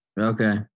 Okay